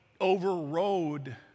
overrode